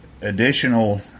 additional